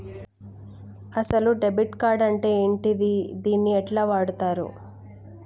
అసలు debit card అంటే ఏంటిది? దీన్ని ఎట్ల వాడుతరు?